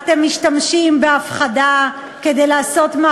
אני מתכבד להגיש לאישור